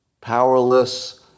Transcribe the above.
powerless